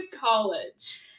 college